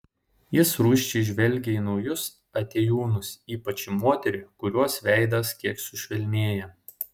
jis rūsčiai žvelgia į naujus atėjūnus ypač į moterį kurios veidas kiek sušvelnėja